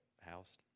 house